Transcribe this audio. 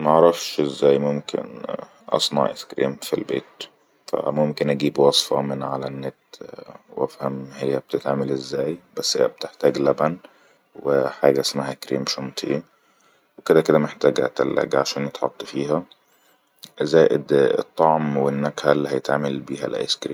معرف-معرفش اازاي ممكن اصنع ايس كريم في البيت فاممكن اجيب وصفة من عالنت وافهم هيا يتتعمل ازاي بس هي بتحتاج لبن وحاجه اسمها كريم شنتيه وكدا كدا محتتاجه التلاجه عشان تحط فيها زائد الطعم والنكهه اللي هيتعمل بيها الايس كريم